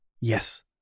yes